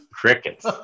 Crickets